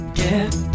Get